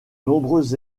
nombreuses